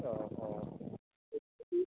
অঁ অঁ